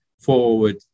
forward